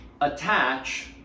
attach